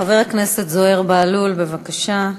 חבר הכנסת זוהיר בהלול, בבקשה.